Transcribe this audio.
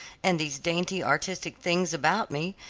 and these dainty, artistic things about me,